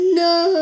no